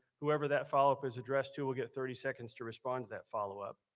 whoever that follow-up is addressed to will get thirty seconds to respond to that follow-up.